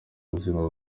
buzima